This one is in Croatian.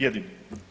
Jedini.